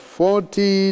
forty